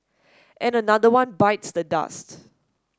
and another one bites the dusts